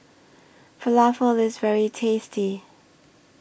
Falafel IS very tasty